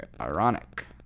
ironic